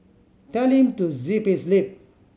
tell him to zip his lip